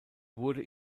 wurde